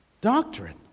doctrine